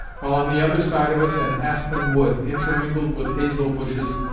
while on the other side of us an aspen wood, intermingled with hazel bushes,